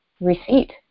receipt